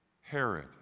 Herod